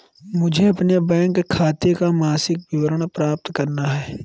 मुझे अपने बैंक खाते का मासिक विवरण प्राप्त करना है?